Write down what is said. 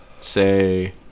say